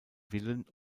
villen